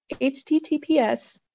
https